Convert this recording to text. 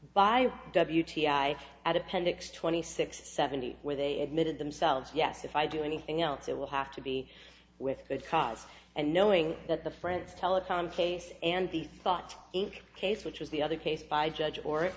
i at appendix twenty six seventy where they admitted themselves yes if i do anything else it will have to be with good cause and knowing that the friend's telecom case and the thought ink case which was the other case by judge or